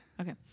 Okay